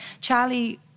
Charlie